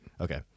Okay